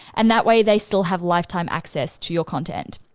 and that way they still have lifetime access to your content.